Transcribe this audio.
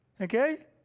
Okay